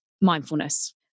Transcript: mindfulness